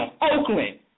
Oakland